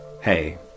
hey